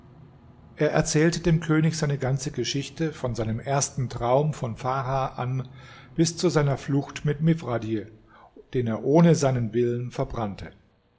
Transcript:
er erzählte dem könig seine ganze geschichte von seinem ersten traum von farha an bis zu seiner flucht mit mifradj den er ohne seinen willen verbrannte